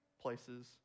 places